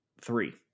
three